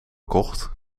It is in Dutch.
kocht